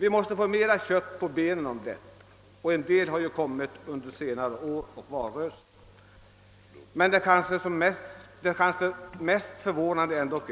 Vi måste få mera kött på benen om detta; en del fakta har ju kommit under senare år och under valrörelsen. Det kanske mest förvånande är ändock,